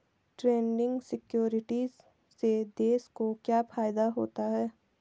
Trading securities से देश को क्या फायदा होता है?